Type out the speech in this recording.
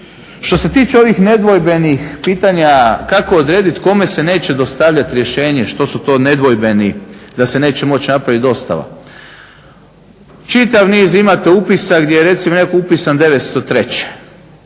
Što se tiče ovih nedvojbenih pitanja kako odredit kome se neće dostavljati rješenje, što su to nedvojbeni da se neće moći napraviti dostava. Čitav niz imate upisa gdje je recimo netko upisan